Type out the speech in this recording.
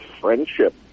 friendship